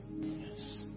Yes